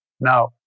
Now